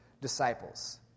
disciples